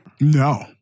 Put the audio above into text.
No